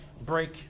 break